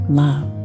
love